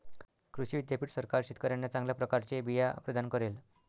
कृषी विद्यापीठ सरकार शेतकऱ्यांना चांगल्या प्रकारचे बिया प्रदान करेल